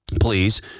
please